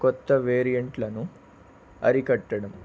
కొత్త వేరియంట్లను అరికట్టడం